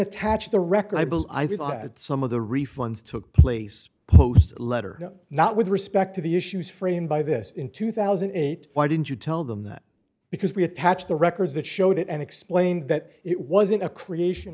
attach the record i believe i think that some of the refunds took place post letter not with respect to the issues framed by this in two thousand and eight why didn't you tell them that because we attach the records that showed it and explained that it wasn't a creation